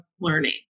learning